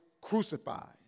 crucified